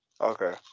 Okay